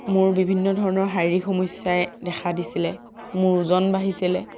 মোৰ বিভিন্ন ধৰণৰ শাৰিৰীক সমস্যাই দেখা দিছিলে মোৰ ওজন বাঢ়িছিলে